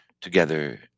together